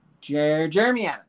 Jeremy